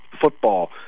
football